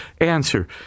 answer